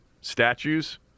Statues